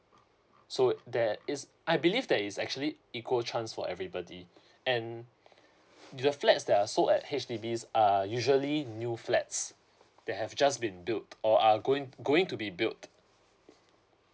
so there is I believe there is actually equal chance for everybody and if the flats that are sold at H_D_B are usually new flats they have just been built or are going going to be built